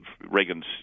Reagan's